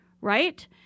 right